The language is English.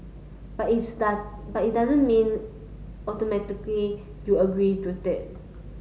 but its does but it doesn't mean automatically you agree with it